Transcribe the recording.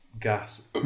Gas